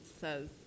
says